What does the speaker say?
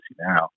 now